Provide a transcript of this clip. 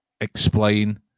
explain